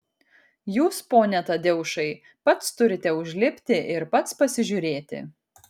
jūs pone tadeušai pats turite užlipti ir pats pasižiūrėti